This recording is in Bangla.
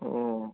ও